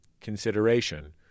consideration